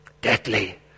Deadly